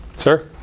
Sir